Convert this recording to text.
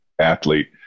athlete